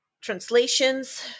translations